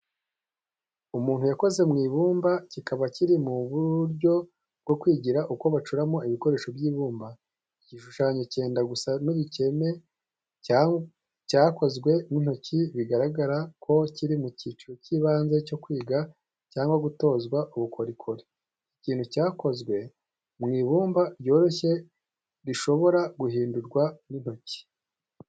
Umuntu yakoze mu ibumba kikaba kiri mu buryo bwo kwigira uko bacuramo ibikoresho by’ibumba. Iki gishushanyo cyenda gusa n’uducyeme cyakozwe n’intoki bigaragara ko kiri mu cyiciro cy’ibanze cyo kwiga cyangwa gutozwa ubukorikori. Iki kintu cyakozwe mu ibumba ryoroshye rishobora guhindurwa n’intoki.